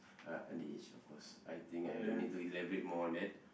uh underage of course I think I don't need to elaborate more on that